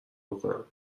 بکنم